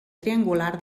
triangular